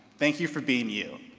thank you for being you.